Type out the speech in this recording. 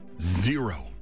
zero